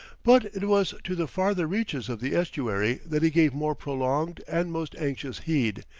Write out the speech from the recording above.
but it was to the farther reaches of the estuary that he gave more prolonged and most anxious heed,